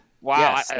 Wow